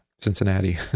Cincinnati